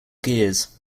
gears